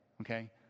okay